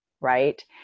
right